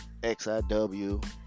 XIW